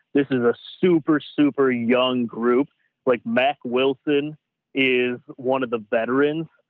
this is a super, super young group like mack. wilson is one of the veterans.